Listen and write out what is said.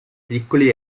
piccoli